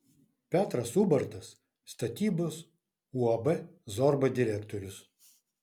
petras ubartas statybos uab zorba direktorius